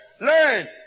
learn